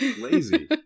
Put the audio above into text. Lazy